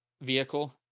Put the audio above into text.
vehicle